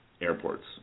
airports